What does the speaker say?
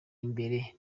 imbere